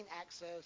access